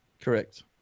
Correct